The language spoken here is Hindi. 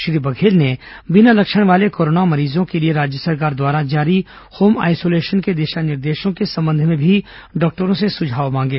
श्री बघेल ने बिना लक्षण वाले कोरोना मरीजों के लिए राज्य सरकार द्वारा जारी होम आईसोलेशन के दिशा निर्देशों के संबंध में भी डॉक्टरों से सुझाव मांगे